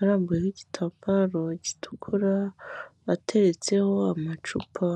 arambuyeho igitambaro gitukura, ateretseho amacupa.